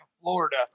Florida